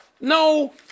No